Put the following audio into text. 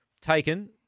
taken